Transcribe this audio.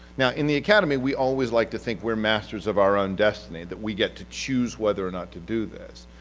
now, in the academy we always like to think we're masters of our own destiny, that we get to choose whether or not to do this,